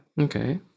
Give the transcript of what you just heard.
Okay